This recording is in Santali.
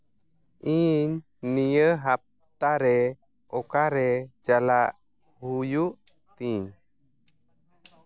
ᱤᱧ ᱱᱤᱭᱟᱹ ᱦᱟᱯᱛᱟ ᱨᱮ ᱚᱠᱟᱨᱮ ᱪᱟᱞᱟᱜ ᱦᱩᱭᱩᱜ ᱛᱤᱧ